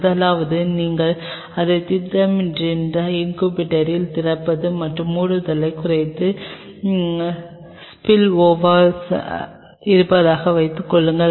முதலாவதாக நீங்கள் அதைத் திட்டமிடுகின்ற இன்குபேட்டரின் திறப்பு மற்றும் மூடுதலைக் குறைத்து ஸ்பில்ஓவர் இருப்பதாக வைத்துக்கொள்வோம்